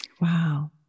Wow